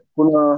Kuna